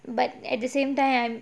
but at the same time